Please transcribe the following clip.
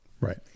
right